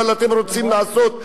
אבל אתם רוצים לעשות,